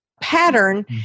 pattern